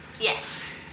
Yes